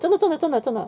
真的真的真的真的